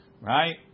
Right